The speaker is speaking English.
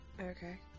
Okay